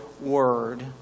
word